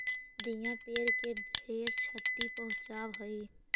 दियाँ पेड़ के ढेर छति पहुंचाब हई